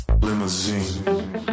Limousine